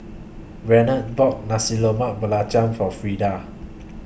Renard bought Nasi Loma Belacan For Frieda